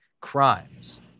crimes